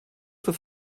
für